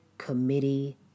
committee